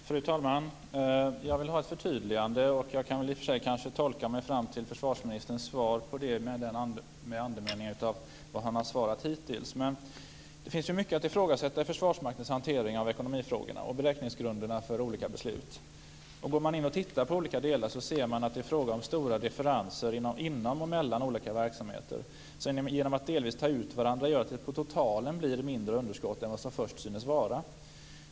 Fru talman! Jag vill ha ett förtydligande. Jag kan kanske i och för sig tolka mig fram till vad försvarsministern skulle svara utifrån det han har svarat hittills, men jag vill ändå ställa frågan. Det finns mycket att ifrågasätta i Försvarsmaktens hantering av ekonomifrågorna och beräkningsgrunderna för olika beslut. Om man tittar på olika delar ser man att det är fråga om stora differenser inom och mellan olika verksamheter. Genom att differenserna delvis tar ut varandra blir det totala underskottet mindre än vad det först synes vara.